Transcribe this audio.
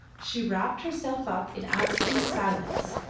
she wrapped herself up in absolute silence,